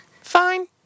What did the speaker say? Fine